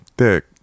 dick